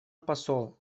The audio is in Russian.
посол